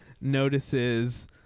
notices